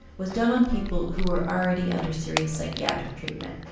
was done on people who were already under serious psychiatric treatment.